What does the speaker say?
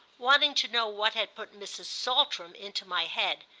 wanting to know what had put mrs. saltram into my head,